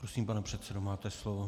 Prosím, pane předsedo, máte slovo.